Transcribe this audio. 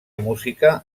música